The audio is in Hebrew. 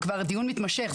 זה כבר דיון מתמשך,